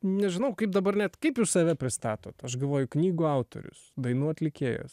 nežinau kaip dabar net kaip jūs save pristatot aš galvoju knygų autorius dainų atlikėjas